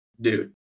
dude